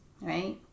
right